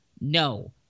No